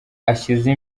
ashyize